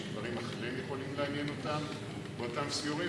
שדברים אחרים יכולים לעניין אותם באותם סיורים,